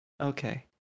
Okay